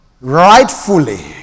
rightfully